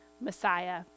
Messiah